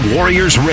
Warriors